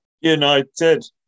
united